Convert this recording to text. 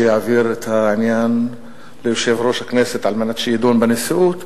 יעביר את העניין ליושב-ראש הכנסת על מנת שיידון בנשיאות,